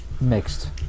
Mixed